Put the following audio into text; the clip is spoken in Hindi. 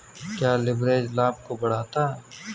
क्या लिवरेज लाभ को बढ़ाता है?